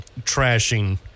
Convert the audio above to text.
trashing